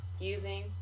using